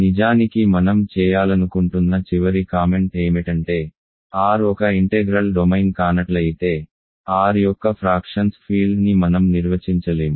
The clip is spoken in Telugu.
నిజానికి మనం చేయాలనుకుంటున్న చివరి కామెంట్ ఏమిటంటే R ఒక ఇంటెగ్రల్ డొమైన్ కానట్లయితే R యొక్క ఫ్రాక్షన్స్ ఫీల్డ్ని మనం నిర్వచించలేము